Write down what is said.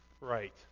Right